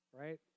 right